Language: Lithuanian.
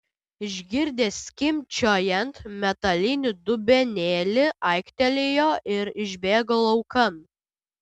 išgirdęs skimbčiojant metalinį dubenėlį aiktelėjo ir išbėgo laukan